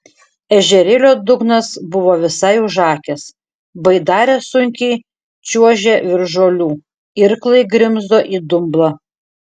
ežerėlio dugnas buvo visai užakęs baidarė sunkiai čiuožė virš žolių irklai grimzdo į dumblą